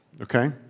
Okay